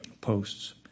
posts